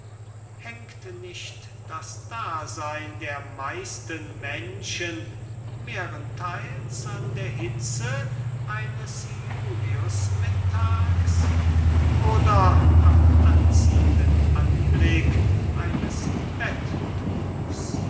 hangt nicht das daseyn der meisten menschen mehrentheils an der hitze eines julius mittags oder am anziehenden anblick eines